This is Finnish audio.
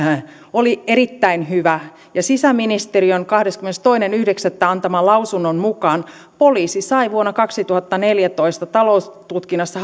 oli erittäin hyvä sisäministeriön kahdeskymmenestoinen yhdeksättä antaman lausunnon mukaan poliisi sai vuonna kaksituhattaneljätoista ta loustutkinnassa